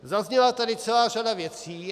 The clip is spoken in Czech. Zazněla tady celá řada věcí.